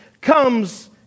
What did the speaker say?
comes